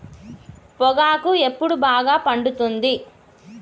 పొగాకు ఎప్పుడు బాగా పండుతుంది?